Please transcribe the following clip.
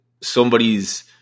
somebody's